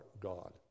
God